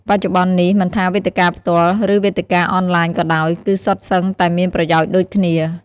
បច្ចុប្បន្ននេះ មិនថាវេទិកាផ្ទាល់ ឬវេទិកាអនឡាញក៏ដោយ គឺសុទ្ធសឹងតែមានប្រយោជន៍ដូចគ្នា។